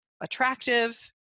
attractive